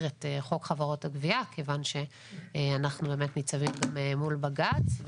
את חוק חברות הגבייה מכיוון שאנחנו ניצבים מול בג"ץ.